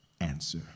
answer